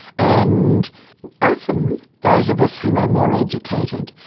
and often those of us who are more educated,